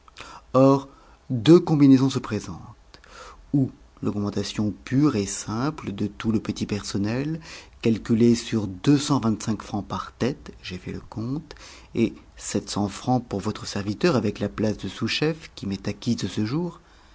or deux combinaisons se présentent ou l'augmentation pure et simple de tout le petit personnel calculée sur francs par tête j'ai fait le compte et francs pour votre serviteur avec la place de sous-chef qui m'est acquise de ce jour